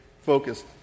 focused